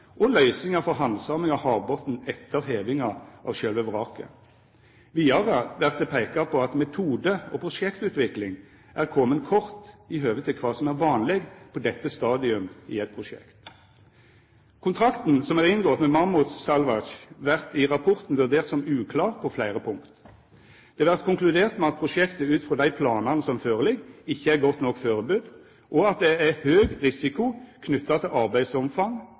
og løysingar for handsaming av havbotnen etter hevinga av sjølve vraket. Vidare vert det peika på at metode- og prosjektutvikling er komne kort, i høve til kva som er vanleg på dette stadiet i eit prosjekt. Kontrakten som er inngått med Mammoet Salvage vert i rapporten vurdert som uklar på fleire punkt. Det vert konkludert med at prosjektet ut frå dei planane som føreligg, ikkje er godt nok førebudd, og at det er høg risiko knytt til arbeidsomfang,